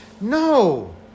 No